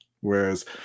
Whereas